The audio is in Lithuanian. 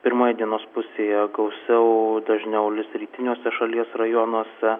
pirmoj dienos pusėje gausiau dažniau lis rytiniuose šalies rajonuose